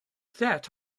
that